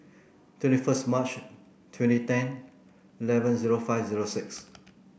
twenty first March twenty ten eleven zero five zero six